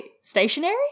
stationary